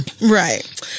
Right